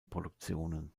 produktionen